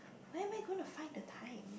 where am I gonna to find the time